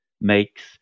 makes